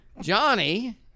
Johnny